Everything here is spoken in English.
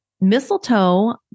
mistletoe